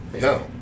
No